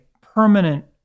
permanent